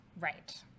Right